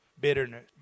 Bitterness